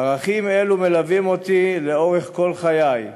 ערכים אלו מלווים אותי לאורך כל חיי,